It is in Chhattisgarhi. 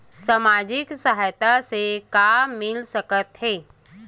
सामाजिक सहायता से का मिल सकत हे?